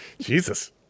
Jesus